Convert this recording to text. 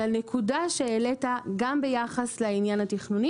לנקודה שהעלית גם ביחס לעניין התכנוני